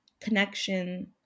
connection